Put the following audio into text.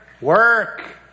work